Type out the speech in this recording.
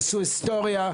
שעשו היסטוריה.